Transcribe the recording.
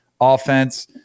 offense